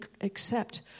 accept